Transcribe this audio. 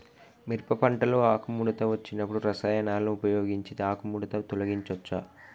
మిరప పంటలో ఆకుముడత వచ్చినప్పుడు రసాయనాలను ఉపయోగించి ఆకుముడత తొలగించచ్చా?